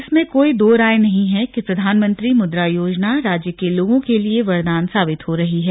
इसमें कोई दोराय नहीं है कि प्रधानमंत्री मुद्रा योजना राज्य के लोगों के लिए वरदान साबित हो रही है